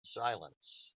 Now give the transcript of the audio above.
silence